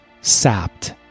sapped